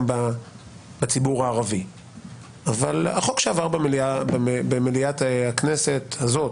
בציבור הערבי אבל החוק שעבר במליאת הכנסת הזאת,